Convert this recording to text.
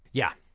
yeah,